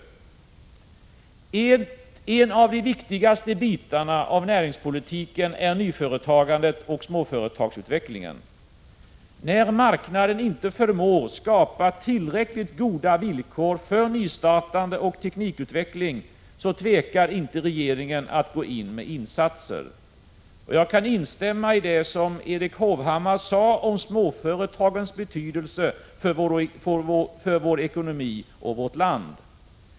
En av de viktigaste bitarna av näringspolitiken är nyföretagandet och småföretagsutvecklingen. När marknaden inte förmår skapa tillräckligt goda villkor för nystartande och teknikutveckling, tvekar inte regeringen att gå in med insatser. Jag kan instämma i det Erik Hovhammar sade om småföretagens betydelse för vår ekonomi och vårt land.